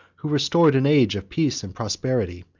who restored an age of peace and prosperity,